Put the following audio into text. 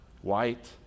white